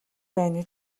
байна